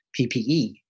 PPE